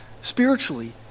spiritually